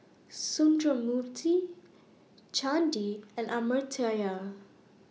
Sundramoorthy Chandi and Amartya